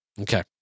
Okay